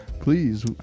Please